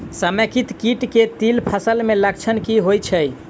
समेकित कीट केँ तिल फसल मे लक्षण की होइ छै?